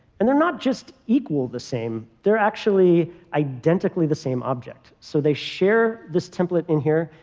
and they're not just equal the same. they're actually identically the same object. so they share this template in here.